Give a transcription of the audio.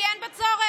כי אין בה צורך,